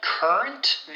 Current